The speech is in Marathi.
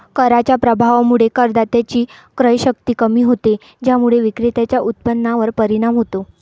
कराच्या प्रभावामुळे करदात्याची क्रयशक्ती कमी होते, ज्यामुळे विक्रेत्याच्या उत्पन्नावर परिणाम होतो